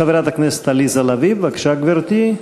חברת הכנסת עליזה לביא, בבקשה, גברתי,